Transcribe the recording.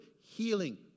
healing